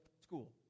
school